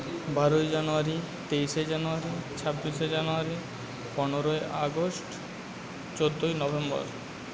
বারোই জানুয়ারি তেইশে জানুয়ারি ছাব্বিশে জানুয়ারি পনেরোই আগস্ট চোদ্দোই নভেম্বর